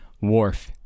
wharf